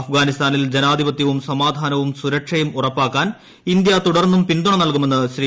അഫ്ഗാനിസ്ഥാനിൽ ജനാധിപത്യവും സമാധാനവും സുരക്ഷയും ഉറപ്പാക്കാൻ ഇന്ത്യ തുടർന്നും പിന്തുണ നൽകുമെന്ന് ശ്രീ